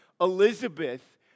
Elizabeth